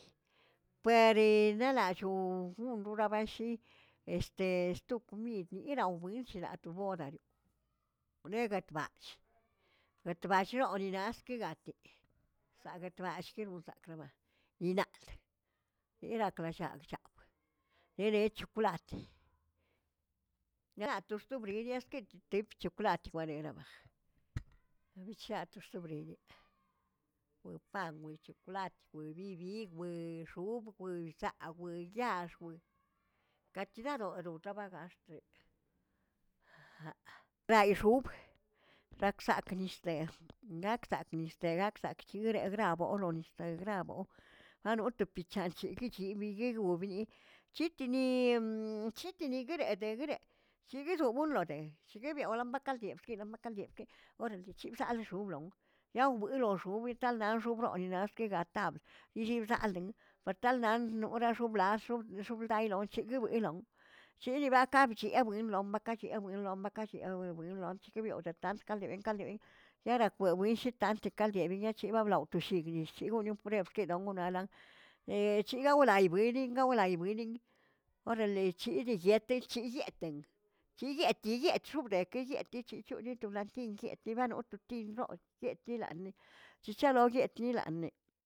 Parinalallo rundabarashi este sto komid nirawbi shla to boda0, neꞌ guetbaꞌsh guetbaꞌshioninaꞌzə ki gati lla guetbazshki ki gusshakribna ni naꞌt, yirakrashakchaꞌ dede choklawt, naꞌrat toxtobriyisshki tepchopkwlat warerobaꞌ, aberchatꞌ torsobriyeꞌ weꞌpan, weꞌchokwlat, weꞌbibi, we'x̱ob, weꞌsaꞌa, weꞌyaax, we katchiraro', rotoꞌbagaxteꞌe gayꞌ xob gakzak nishteꞌe nakzak niste nakzak chiragraboꞌo loniste grabo anota pichalchiguichi biyelgoꞌo biꞌi chitiniemm chitiniguereꞌd guereꞌd chiguixoꞌnbolonde chiguibion la ba kaldbie'xki la ba kaldbie'xki orale chibzaꞌlxoblong yaobolongxob witaldaꞌn xobroniꞌaxtkigataꞌa yillibzalꞌdaꞌn portaldaꞌn noraxoblan xob xobldaꞌilochin guibiiloꞌn chiyibakaꞌ bchiꞌ abwinlo bakaꞌ lleꞌnabwinlon bakaꞌ lleꞌ abwinlonlon yarakweꞌwi shitant kaldlevi che ba blaꞌo toshiigni shigonon prueb ke daa gonoꞌnlan chiba wlaibwini gawlaibwini orale chidi yet chiyeteꞌn chiyetꞌ chiyet xubdon ki yetꞌ tichecho notonlatín yet nibanot tinrot yettalanni, chicholoyet yilanne.